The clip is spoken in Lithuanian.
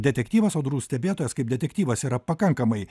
detektyvas audrų stebėtojas kaip detektyvas yra pakankamai